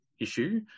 issue